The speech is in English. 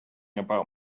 about